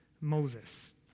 Moses